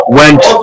went